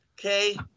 Okay